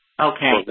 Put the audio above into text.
Okay